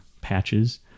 patches